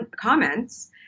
comments